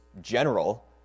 general